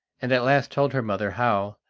and at last told her mother how,